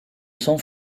são